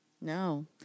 No